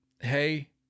hey